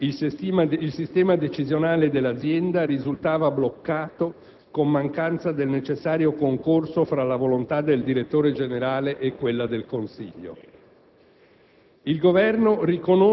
Anche di recente il sistema decisionale dell'azienda è risultato bloccato, con mancanza del necessario concorso fra la volontà del direttore generale e quella del Consiglio.